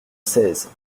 seize